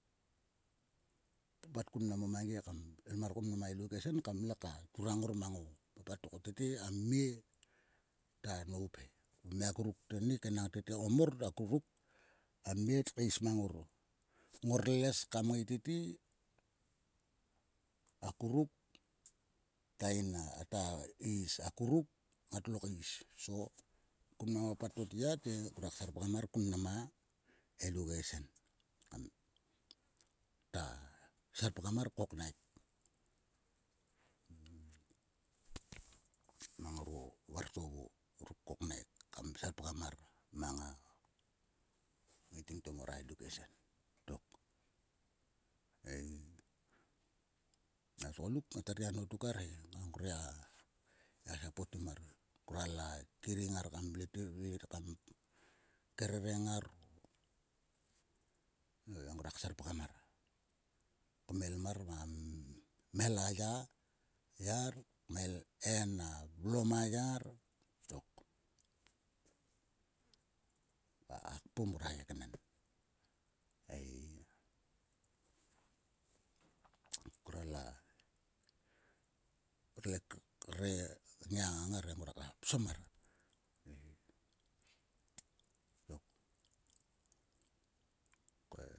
Papat mang o mangi kam el mar ko ma edukesen kam le ka turang ngor mang o papat. Kotok ko tete a mie ta nop he. O mia akuruk enang tennik ko mor akuruk a mie tkeis mang ngor. Ngor les kam ngai keis tete akuruk ta is akuruk ngatlo keis so kun mnam a papat to tya te ngruaka serpgam mar kun ma edukesen kamkta serpgam mar ko knaik. Mang o vartovo ruk koknaik kam serpgam mar mang a ngaiting to ma edukesen tok. Ei o tgoluk ngat gia nho tok arhe nang ngrorgia sapotim mar. Ngruaor kam kering ngar kam vle he kerereng ngar nove ngruak serpgam mar. Kmel mar ma mhel a ya a yar kmel en a vlom a yar tok. Va ka kpom ngrua keknen ei. Ngruala re nngia ngang ngar e ngruaka psom mar ei tok okei.